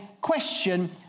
question